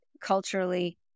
culturally